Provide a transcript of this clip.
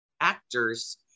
actors